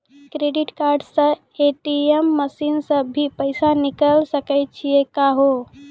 Credit card से ATM machine से भी पैसा निकल सकै छि का हो?